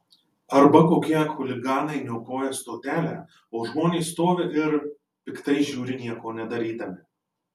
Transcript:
arba kokie chuliganai niokoja stotelę o žmonės stovi ir piktai žiūri nieko nedarydami